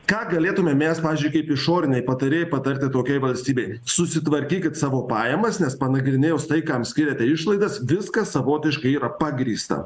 ką galėtume mes pavyzdžiui kaip išoriniai patarėjai patarti tokiai valstybei susitvarkykit savo pajamas nes panagrinėjus tai kam skiriate išlaidas viskas savotiškai yra pagrįsta